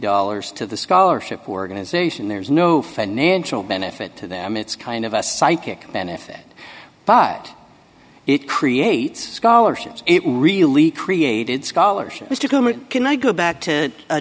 dollars to the scholarship organization there's no financial benefit to them it's kind of a psychic benefit but it creates scholarships it really created scholarship mr coleman can i go back to